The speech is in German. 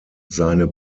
seine